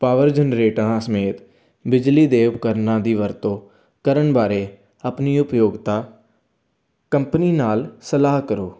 power ਜਨਰੇਟਰਾਂ ਸਮੇਤ ਬਿਜਲੀ ਦੇ ਉਪਕਰਨਾਂ ਦੀ ਵਰਤੋਂ ਕਰਨ ਬਾਰੇ ਆਪਣੀ ਉਪਯੋਗਤਾ ਕੰਪਨੀ ਨਾਲ ਸਲਾਹ ਕਰੋ